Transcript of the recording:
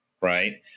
right